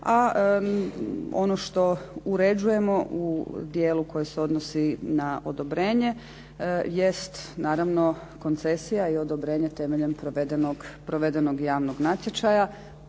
A ono što uređujemo u dijelu koji se odnosi na odobrenje, jest naravno koncesija i odobrenje temeljem provedenog javnog natječaja.